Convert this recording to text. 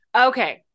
okay